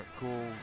cool